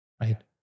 right